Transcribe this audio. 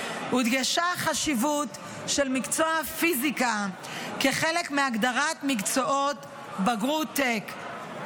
הודגשה החשיבות של מקצוע הפיזיקה כחלק מהגדרת מקצועות בגרות-טק,